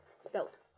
Spelt